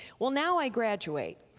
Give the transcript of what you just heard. well now i graduate.